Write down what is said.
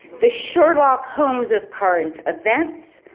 the sherlock holmes of current events.